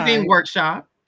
workshop